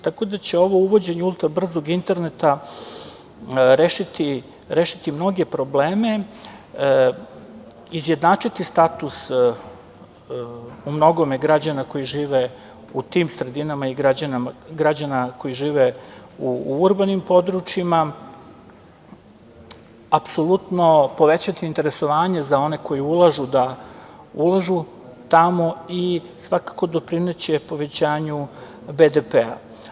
Tako da će ovog uvođenje ultra brzog interneta rešiti mnoge probleme, izjednačiti status u mnogome građana koji žive u tim sredinama i građana koji žive u urbanim područjima, apsolutno povećati interesovanje za one koji ulažu da ulažu tamo i svakako doprineće povećanju BDP.